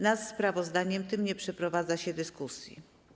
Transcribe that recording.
Nad sprawozdaniem tym nie przeprowadza się dyskusji.